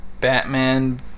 Batman